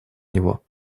него